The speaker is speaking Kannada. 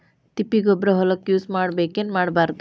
ತಿಪ್ಪಿಗೊಬ್ಬರ ಹೊಲಕ ಯೂಸ್ ಮಾಡಬೇಕೆನ್ ಮಾಡಬಾರದು?